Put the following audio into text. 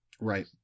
Right